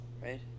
right